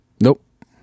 nope